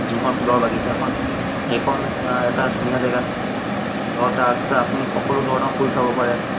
যোনখন ফুলৰ বাগিছাখন সেইখন এটা ধুনীয়া জেগা ধৰক তাত আপুনি সকলো ধৰণৰ ফুল চাব পাৰে